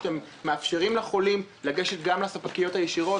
שאתם מאפשרים לחולים לגשת גם לספקיות הישירות.